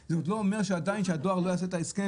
אבל זה עדיין לא אומר שהדואר לא יעשה את ההסכם.